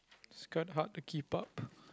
it's quite hard to keep up